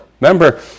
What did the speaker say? remember